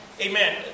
Amen